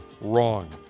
wrong